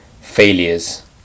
failures